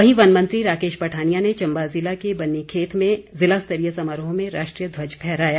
वहीं वन मंत्री राकेश पठानिया ने चंबा ज़िले के बनीखेत में ज़िला स्तरीय समारोह में राष्ट्रीय ध्वज फहराया